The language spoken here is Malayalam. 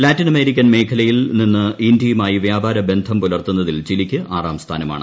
ലാറ്റിൻ അമേരിക്കൻ മേഖലയിൽ നിന്ന് ഇന്ത്യയുമായി വ്യാപാരബന്ധം പുലർത്തുന്നതിൽ ചിലിക്ക് ആറാം സ്ഥാനമാണ്